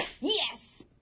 Yes